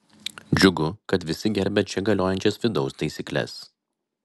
džiugu kad visi gerbia čia galiojančias vidaus taisykles